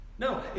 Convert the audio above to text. No